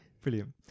Brilliant